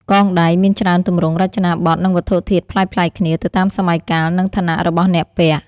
កងដៃ មានច្រើនទម្រង់ រចនាបថ និងវត្ថុធាតុប្លែកៗគ្នា ទៅតាមសម័យកាល និងឋានៈរបស់អ្នកពាក់។